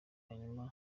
hanyuma